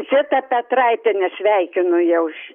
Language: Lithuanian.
zitą petraitienę sveikinu jau